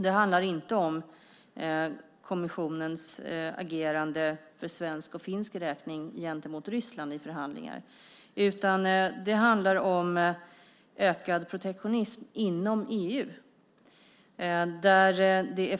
Det handlar inte om kommissionens agerande för svensk och finsk räkning gentemot Ryssland i förhandlingar utan det handlar om ökad protektionism inom EU.